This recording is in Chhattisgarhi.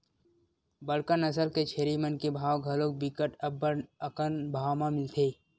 बड़का नसल के छेरी मन के भाव घलोक बिकट अब्बड़ अकन भाव म मिलथे